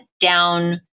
down